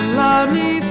loudly